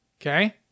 Okay